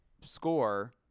score